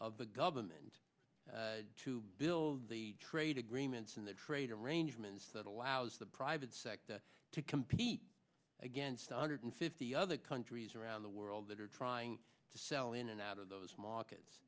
of the government to build the trade agreements and the trade arrangements that allows the private sector to compete against one hundred fifty other countries around the world that are trying to sell in and out of those markets